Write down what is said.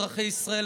אזרחי ישראל,